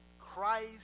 Christ